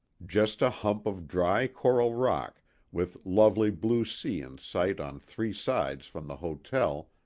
just a hump of dry coral rock with lovely blue sea in sight on three sides from the hotel,